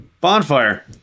Bonfire